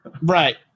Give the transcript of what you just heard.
Right